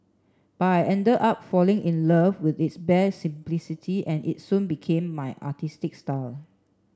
but I ended up falling in love with its bare simplicity and it soon became my artistic style